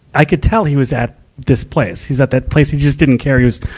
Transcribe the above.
i could tell he was at this place. he's at that place, he just didn't care. he was,